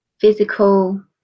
physical